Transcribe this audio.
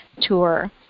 tour